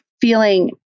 feeling